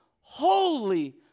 holy